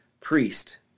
priest